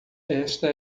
esta